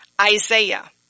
Isaiah